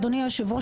אדוני היושב ראש,